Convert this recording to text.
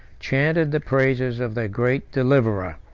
chanted the praises of their great deliverer.